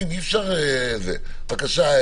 בבקשה.